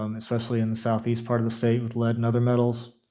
um especially in the southeast part of the state with lead and other metals.